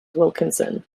wilkinson